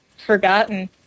forgotten